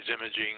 imaging